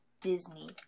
Disney